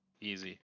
easy